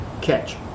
catch